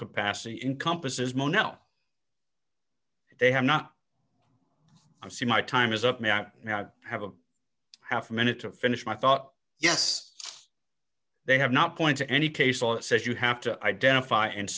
capacity encompasses mono they have not see my time is up me out now i have a half a minute to finish my thought yes they have not point to any case law says you have to identify and